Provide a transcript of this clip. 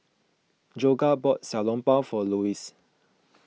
Jorja bought Xiao Long Bao for Luis